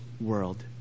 world